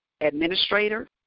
administrator